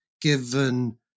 given